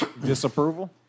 Disapproval